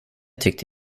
tyckte